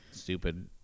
stupid